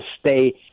stay